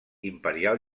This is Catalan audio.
imperial